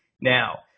Now